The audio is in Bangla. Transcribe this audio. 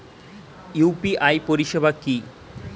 ইউ.পি.আই পরিসেবা কি?